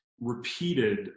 repeated